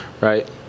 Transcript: right